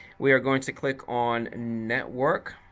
we are going to click on network.